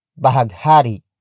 Bahaghari